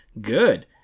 Good